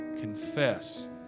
confess